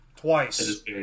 Twice